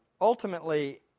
ultimately